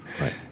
Right